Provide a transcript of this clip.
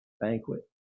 banquet